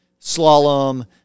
Slalom